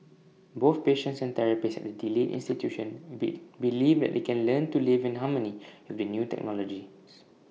both patients and therapists at the delete institution be believe that they can learn to live in harmony with the new technologies